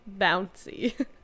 bouncy